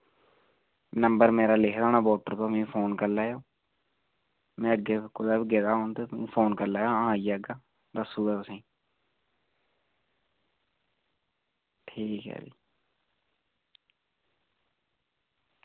number मेरा लिखे दा होना बोर्ड उप्पर मिगी फोन करी लैएओ में अग्गें कुदै बी गेदा होङ ते फोन करी लैएओ हां आई जाह्गा दस्सी ओड़गा तुसेंगी ठीक ऐ फ्ही